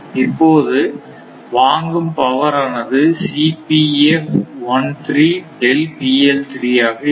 இப்போது வாங்கும் பவர் ஆனது ஆக இருக்கும்